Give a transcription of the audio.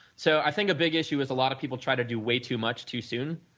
so, i think a big issue is a lot of people try to do way too much too soon.